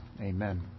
Amen